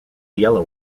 yellow